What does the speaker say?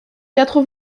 quatre